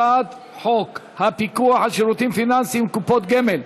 על הצעת חוק הפיקוח על שירותים פיננסיים (קופות גמל)